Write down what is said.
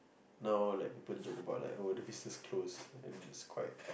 now like people joke about like oh the business close and then it's quite